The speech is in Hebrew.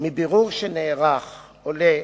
לאחר חמש שנות חקירה הציבור יודע על הכוונה